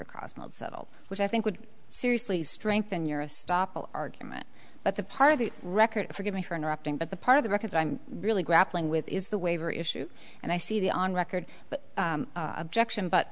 cost not settle which i think would seriously strengthen your astop argument but the part of the record forgive me for interrupting but the part of the record i'm really grappling with is the waiver issue and i see the on record but objection but